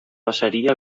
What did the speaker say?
passaria